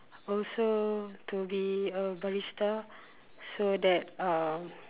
also to be a barista so that uh